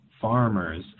farmers